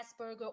Asperger